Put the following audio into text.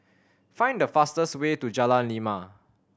find the fastest way to Jalan Lima